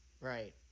Right